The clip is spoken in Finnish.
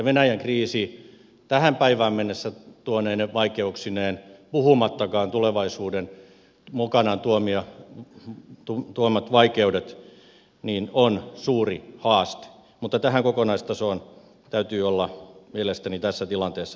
venäjän kriisi tähän päivään mennessä tuomine vaikeuksineen puhumattakaan tulevaisuuden mukanaan tuomista vaikeuksista on suuri haaste mutta tähän kokonaistasoon täytyy olla mielestäni tässä tilanteessa tyytyväinen